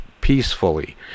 peacefully